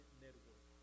network